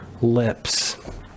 lips